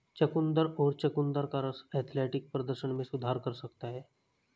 चुकंदर और चुकंदर का रस एथलेटिक प्रदर्शन में सुधार कर सकता है